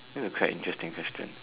this is a quite interesting question